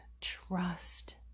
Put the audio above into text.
Trust